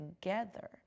together